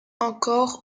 encore